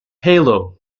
halo